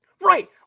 Right